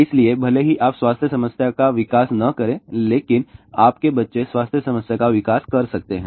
इसलिए भले ही आप स्वास्थ्य समस्या का विकास न करें लेकिन आपके बच्चे स्वास्थ्य समस्या का विकास कर सकते हैं